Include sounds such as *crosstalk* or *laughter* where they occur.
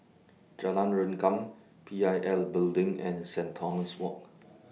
Jalan Rengkam P I L Building and Saint Thomas Walk *noise*